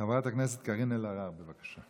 חברת הכנסת אלהרר, בבקשה.